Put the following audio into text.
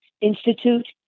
Institute